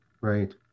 Right